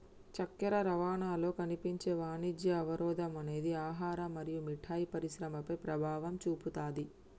చక్కెర రవాణాలో కనిపించే వాణిజ్య అవరోధం అనేది ఆహారం మరియు మిఠాయి పరిశ్రమపై ప్రభావం చూపుతాది